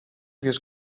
wierz